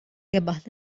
rebaħ